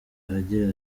agira